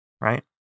right